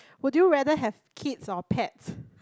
would you rather have kids or pets